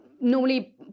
normally